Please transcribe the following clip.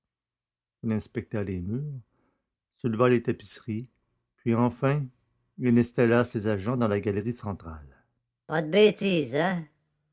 inspecta les murs souleva les tapisseries puis enfin il installa ses agents dans la galerie centrale pas de bêtises hein